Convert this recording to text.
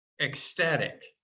ecstatic